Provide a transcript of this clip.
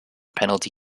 penalty